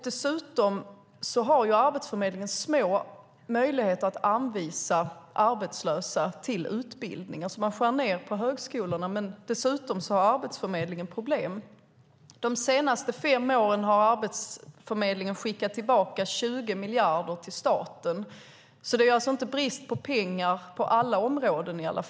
Dessutom har Arbetsförmedlingen små möjligheter att anvisa arbetslösa till utbildning. Man skär ned på högskolorna, men Arbetsförmedlingen har också problem. De senaste fem åren har Arbetsförmedlingen skickat tillbaka 20 miljarder till staten. Det råder alltså inte brist på pengar på alla områden.